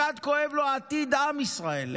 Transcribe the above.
אחד כואב לו עתיד עם ישראל,